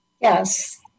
Yes